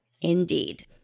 indeed